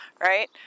Right